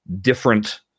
different